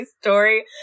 story